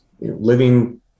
living